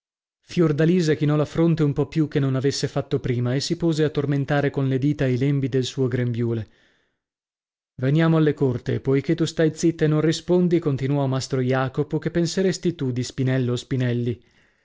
versi fiordalisa chinò la fronte un po più che non avesse fatto prima e si pose a tormentare con le dita i lembi del suo grembiule veniamo alle corte poichè tu stai zitta e non rispondi continuò mastro jacopo che penseresti tu di spinello spinelli